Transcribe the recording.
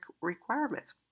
requirements